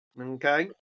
Okay